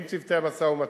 עם צוותי המשא-ומתן.